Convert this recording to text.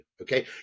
okay